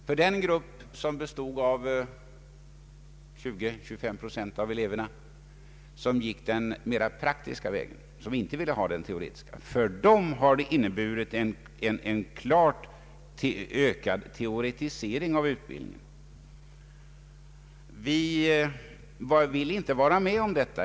För de 20—235 procent av eleverna som gick den mera praktiska vägen har det blivit en klart ökad teoretisering av utbildningen. Vi vill inte vara med om detta.